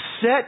Set